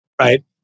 Right